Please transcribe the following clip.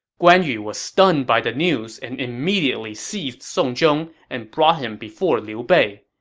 guan yu was stunned by the news and immediately seized song zhong and brought him before liu bei.